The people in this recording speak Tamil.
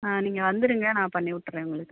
ஆ நீங்கள் வந்துடுங்க நான் பண்ணிவிட்டுறேன் உங்களுக்கு